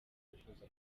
bifuza